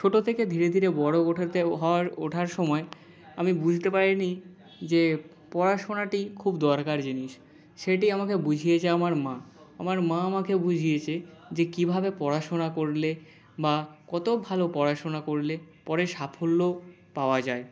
ছোটো থেকে ধীরে ধীরে বড়ো ওঠাতেও হওয়ার ওঠার সময় আমি বুঝতে পারি নি যে পড়াশোনাটি খুব দরকার জিনিস সেটি আমাকে বুঝিয়েছে আমার মা আমার মা আমাকে বুঝিয়েছে যে কীভাবে পড়াশোনা করলে বা কত ভালো পড়াশোনা করলে পরে সাফল্য পাওয়া যায়